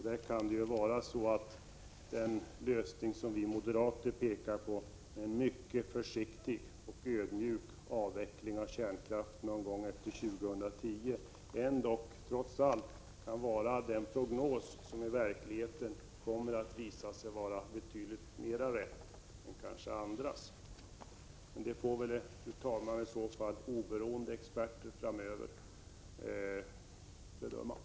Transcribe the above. Det kan vara så att den lösning som vi moderater pekar på — en mycket försiktig och ödmjuk avveckling av kärnkraften någon gång efter 2010 —- trots allt är en lösning som i verkligheten kommer att visa sig vara betydligt riktigare än andra. Det, fru talman, får i så fall oberoende experter bedöma framöver.